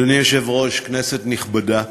אדוני היושב-ראש, כנסת נכבדה,